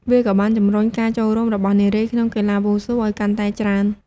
វាក៏បានជំរុញការចូលរួមរបស់នារីក្នុងកីឡាវ៉ូស៊ូឲ្យបានកាន់តែច្រើន។